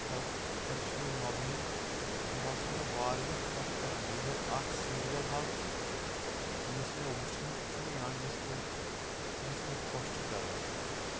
حظ چھِ پٮ۪ٹھٕ چھُ یہِ مَبنی یہِ حظ چھُ مےٚ واریاہ خۄش کَران یِہوٚے اَکھ سیٖریَل حظ چھُ یُس مےٚ وٕچھمُت چھُ یا یُس بہٕ یُس مےٚ خۄش چھُ کَران